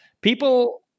People